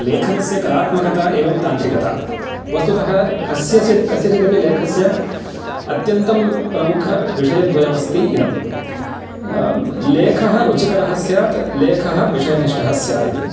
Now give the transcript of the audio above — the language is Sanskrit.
लेखनस्य कलात्मकता एवं तान्त्रिकता वस्तुतः कस्यचि कस्यचिदपि लेखस्य अत्यन्तं प्रमुखविषयद्वयम् अस्ति इदं लेखः रुचिकरः स्यात् लेखः विषयनिष्टः स्यादिति